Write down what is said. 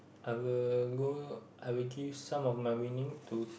I will go I will give some of my winning to